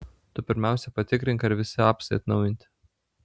tu pirmiausia patikrink ar visi apsai atnaujinti